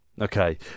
okay